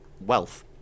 wealth